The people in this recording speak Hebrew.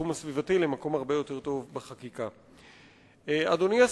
אדוני היושב-ראש,